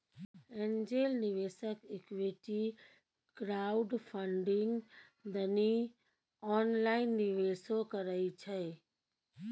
angel निवेशक equity crowdfunding दनी online निवेशो करइ छइ